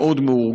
הוא מאוד מאורגן,